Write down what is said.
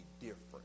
different